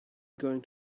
going